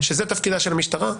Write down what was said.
שזה תפקידה של המשטרה,